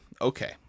Okay